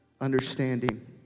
understanding